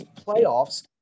playoffs